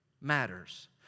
matters